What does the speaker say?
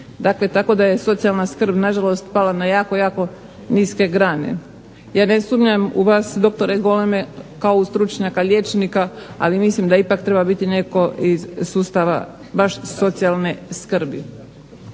Dakle tako da je socijalna skrb na žalost pala na jako, jako niske grane. Ja ne sumnjam u vas doktore Goleme kao u stručnjaka liječnika, ali mislim da ipak treba biti netko iz sustava baš socijalne skrbi.